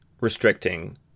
restricting